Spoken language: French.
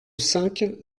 cinq